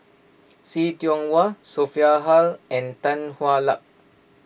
See Tiong Wah Sophia Hull and Tan Hwa Luck